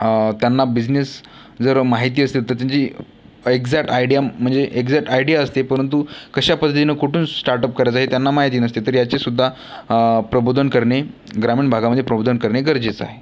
त्यांना बिझनेस जर माहिती असेल तर त्यांची एक्झॅक्ट आयडिया म्हणजे एक्झॅक्ट आयडिया असते परंतु कशा पद्धतीनं कुठून स्टार्टअप करायचं हे त्यांना माहिती नसते तर याचे सुद्धा प्रबोधन करणे ग्रामीण भागामध्ये प्रबोधन करणे गरजेचं आहे